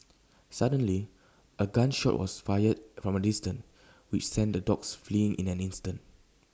suddenly A gun shot was fired from A distance which sent the dogs fleeing in an instant